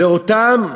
לאותם שהם,